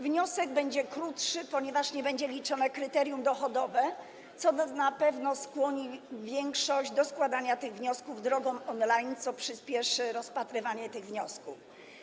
Wniosek będzie krótszy, ponieważ nie będzie liczone kryterium dochodowe, co na pewno skłoni większość do składania tych wniosków drogą on-line, co przyspieszy rozpatrywanie tych wniosków.